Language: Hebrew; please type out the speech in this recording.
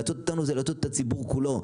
להטעות אותנו זה להטעות את הציבור כולו.